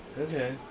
Okay